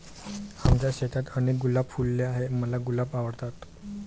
आमच्या शेतात अनेक गुलाब फुलले आहे, मला गुलाब आवडतात